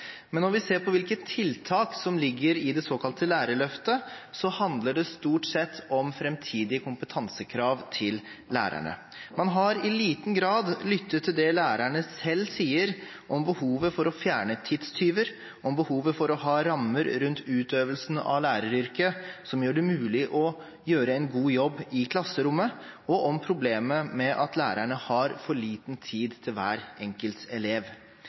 men når vi ser på hvilke tiltak som ligger i det såkalte Lærerløftet, så handler det stort sett om framtidige kompetansekrav til lærerne. Man har i liten grad lyttet til det lærerne selv sier om behovet for å fjerne tidstyver, om behovet for å ha rammer rundt utøvelsen av læreryrket, som gjør det mulig å gjøre en god jobb i klasserommet, og om problemet med at lærerne har for liten tid til hver enkelt elev.